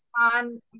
on